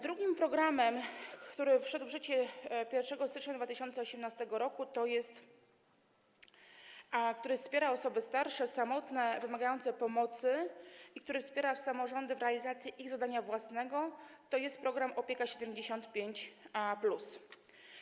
Drugim programem, który wszedł w życie 1 stycznia 2018 r., który wspiera osoby starsze, samotne, wymagające pomocy i który wspiera samorządy w realizacji ich zadania własnego, jest program „Opieka 75+”